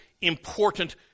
important